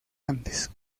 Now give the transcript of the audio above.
antes